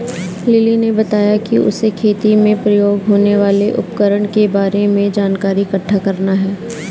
lily ने बताया कि उसे खेती में प्रयोग होने वाले उपकरण के बारे में जानकारी इकट्ठा करना है